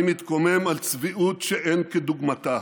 אני מתקומם על צביעות שאין כדוגמתה.